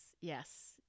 yes